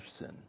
sin